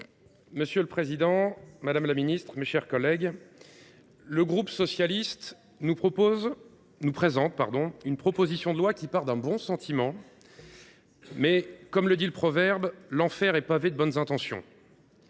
Monsieur le président, madame la ministre, mes chers collègues, le groupe socialiste nous présente une proposition de loi qui part d’un bon sentiment. Mais, comme le dit le proverbe, l’enfer est pavé de bonnes intentions…